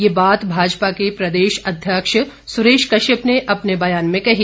ये बात भाजपा के प्रदेशाध्यक्ष सुरेश कश्यप ने अपने बयान में कही